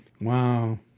Wow